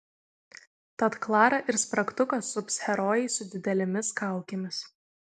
tad klarą ir spragtuką sups herojai su didelėmis kaukėmis